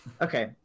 Okay